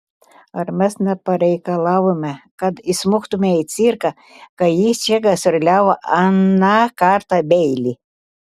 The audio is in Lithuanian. ar mes nepareikalavome kad įsmuktumei į cirką kai jis čia gastroliavo aną kartą beili